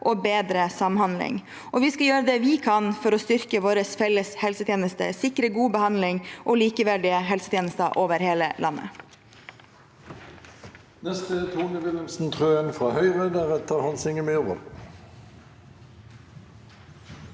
og bedre samhandling, og vi skal gjøre det vi kan for å styrke vår felles helsetjeneste og sikre god behandling og likeverdige helsetjenester over hele landet.